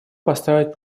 поставить